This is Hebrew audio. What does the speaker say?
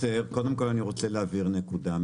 אני רוצה להבהיר נקודה.